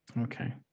okay